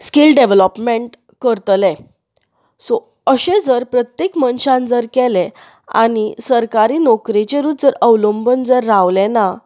skill development करतले सो अशें जर प्रत्येक मनशान जर केलें आनी सरकारी नोकरेचेरूच अवलंबून जर रावले ना